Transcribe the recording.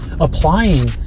applying